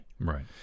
Right